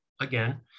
again